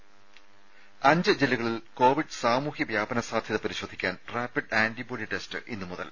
ത അഞ്ച് ജില്ലകളിൽ കോവിഡ് സാമൂഹ്യ വ്യാപന സാധ്യത പരിശോധിക്കാൻ റാപ്പിഡ് ആന്റിബോഡി ടെസ്റ്റ് ഇന്നുമുതൽ